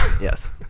Yes